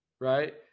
right